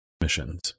missions